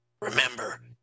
Remember